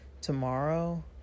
tomorrow